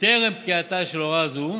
טרם פקיעתה של הוראה זו,